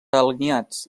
alineats